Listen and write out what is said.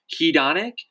hedonic